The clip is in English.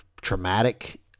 traumatic